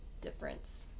difference